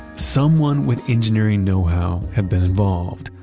someone with engineering know-how had been involved,